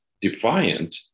defiant